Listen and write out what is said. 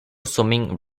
swimming